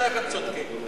שניכם צודקים.